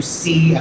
see